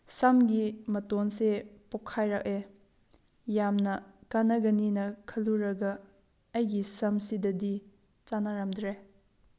ꯁꯝꯒꯤ ꯃꯇꯣꯟꯁꯦ ꯄꯣꯈꯥꯏꯔꯛꯑꯦ ꯌꯥꯝꯅ ꯀꯥꯟꯅꯒꯅꯤꯅ ꯈꯜꯂꯨꯔꯒ ꯑꯩꯒꯤ ꯁꯝꯁꯤꯗꯗꯤ ꯆꯥꯟꯅꯔꯝꯗ꯭ꯔꯦ